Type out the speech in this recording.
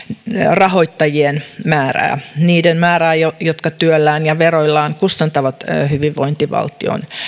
rahoittajien määrää niiden määrää jotka työllään ja veroillaan kustantavat hyvinvointivaltion